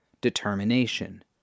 Determination